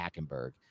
Hackenberg